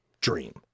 dream